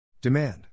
Demand